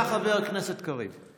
זאת כבר לא שפה שנייה,